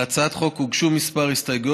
להצעת החוק הוגשו כמה הסתייגויות,